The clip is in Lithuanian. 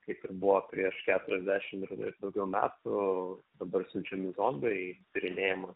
kaip ir buvo prieš keturiasdešim ir daugiau metų dabar siunčiami zondai tyrinėjama